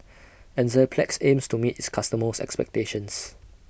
Enzyplex aims to meet its customers' expectations